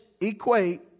equate